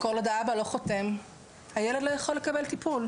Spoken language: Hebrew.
כל עוד האבא לא חותם הילד לא יכול לקבל טיפול,